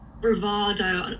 bravado